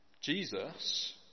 Jesus